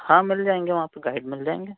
हाँ मिल जाएँगे वहाँ पर गाइड मिल जाएँगे